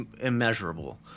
immeasurable